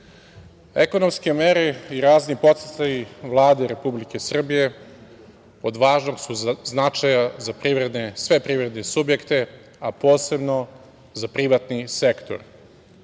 ekonomske mere i razni podsticaji Vlade Republike Srbije od važnog su značaja za sve privredne subjekte, a posebno za privatni sektor. Vlada